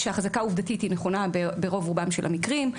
שהחזקה העובדתית היא נכונה ברוב רובם של המקרים.